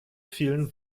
vielen